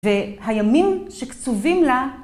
והימים שקצובים לה